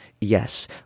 Yes